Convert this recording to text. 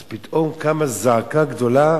אז פתאום קמה זעקה גדולה?